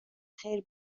خیر